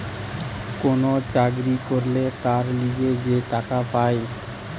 কোন চাকরি করলে তার লিগে যে টাকা পায়